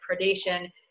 predation